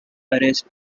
arrest